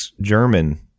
German